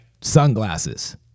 sunglasses